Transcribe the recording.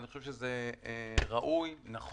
זה ראוי, זה נכון,